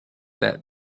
that